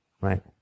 Right